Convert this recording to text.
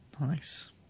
Nice